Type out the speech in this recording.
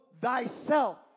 thyself